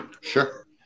Sure